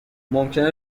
ممکنه